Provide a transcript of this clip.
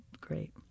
great